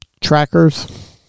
trackers